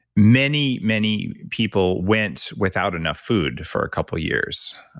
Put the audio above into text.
many, many people went without enough food for a couple of years.